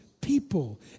people